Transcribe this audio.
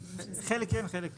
חלק כן, חלק לא.